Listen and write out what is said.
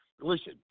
Listen